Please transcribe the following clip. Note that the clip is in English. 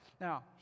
Now